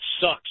sucks